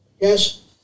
Yes